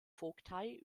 vogtei